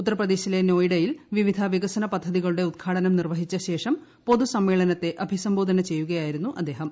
ഉത്തർപ്രദേശിലെ നോയിഡയിൽ വിവിധ വികസന പദ്ധതികളുടെ ഉദ്ഘാടനം നിർവ്വഹിച്ചശേഷം പൊതു സമ്മേളനത്തെ അഭിസംബോധന ചെയ്യുകയായിരുന്നു അദ്ദേഹം